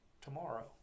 tomorrow